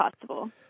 possible